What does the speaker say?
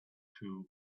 two